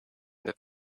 that